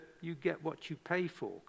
you-get-what-you-pay-for